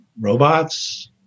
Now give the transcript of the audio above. robots